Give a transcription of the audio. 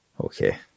Okay